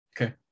Okay